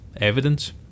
evidence